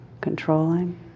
controlling